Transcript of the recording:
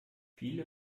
viele